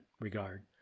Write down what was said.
regard